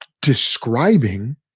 describing